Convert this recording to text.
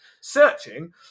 searching